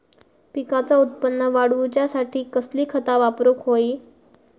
पिकाचा उत्पन वाढवूच्यासाठी कसली खता वापरूक होई?